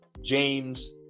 James